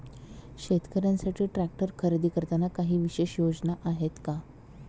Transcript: शेतकऱ्यांसाठी ट्रॅक्टर खरेदी करताना काही विशेष योजना आहेत का?